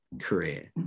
career